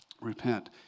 Repent